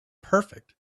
perfect